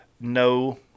no